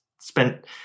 spent